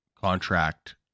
contract